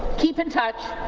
keep in touch.